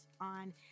on